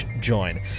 join